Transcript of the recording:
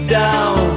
down